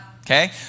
Okay